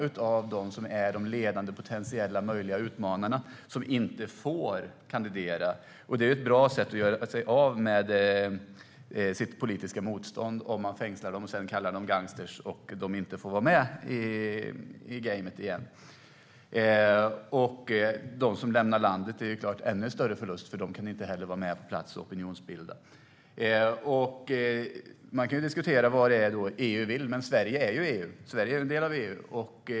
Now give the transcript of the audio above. Det är alldeles för många av de ledande, potentiella och möjliga utmanarna som inte får kandidera. Det är ett bra sätt att göra sig av med sitt politiska motstånd om man fängslar dessa personer och sedan kallar dem för gangstrar att de inte får vara med i spelet igen. De som lämnar landet är en ännu större förlust eftersom de inte heller kan vara med på plats och opinionsbilda. Man kan diskutera vad EU vill. Men Sverige är en del av EU.